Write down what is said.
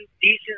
decent